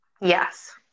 Yes